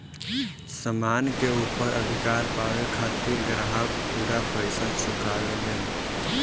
सामान के ऊपर अधिकार पावे खातिर ग्राहक पूरा पइसा चुकावेलन